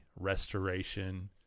restoration